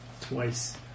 twice